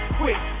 quick